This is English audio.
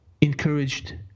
encouraged